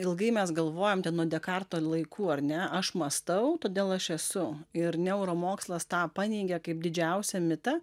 ilgai mes galvojom ten nuo dekarto laikų ar ne aš mąstau todėl aš esu ir neuromokslas tą paneigė kaip didžiausią mitą